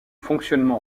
fonctionnement